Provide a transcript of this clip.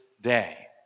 day